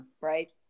Right